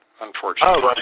unfortunately